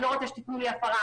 לא רוצה שניתן לו הפרה,